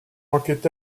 manquait